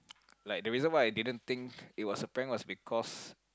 like the reason why I didn't think it was a prank was because